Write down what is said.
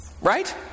Right